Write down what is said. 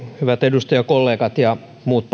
hyvät edustajakollegat ja muut